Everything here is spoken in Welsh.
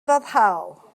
foddhaol